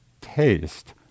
taste